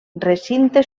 recinte